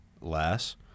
less